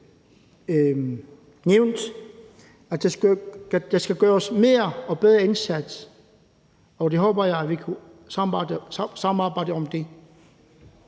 nævnt, at der skal gøres mere og ydes en bedre indsats, og det håber jeg at vi kan samarbejde om.